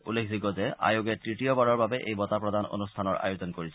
উল্লেখযোগ্য যে আয়োগে তৃতীয়বাৰৰ বাবে এই বঁটা প্ৰদান অনুষ্ঠানৰ আয়োজন কৰিছে